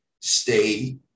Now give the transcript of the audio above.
stay